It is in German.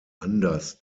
anders